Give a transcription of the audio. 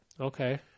Okay